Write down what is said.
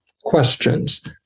questions